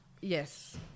Yes